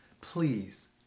Please